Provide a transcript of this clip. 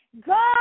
God